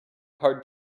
hard